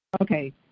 Okay